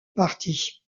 partie